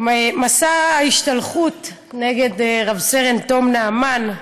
מסע ההשתלחות נגד רב-סרן תום נעמן,